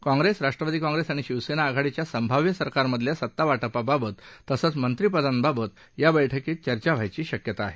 काँग्रेस राष्ट्रवादी काँग्रेस आणि शिवसेना आघाडीच्या संभाव्य सरकारमधल्या सत्ता वाटपाबाबत तसंच मंत्रीपदांबाबत या बैठकीत चर्चा होण्याची शक्यता आहे